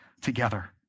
together